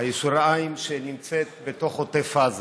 ירושלים שנמצאת בתוך עוטף עזה,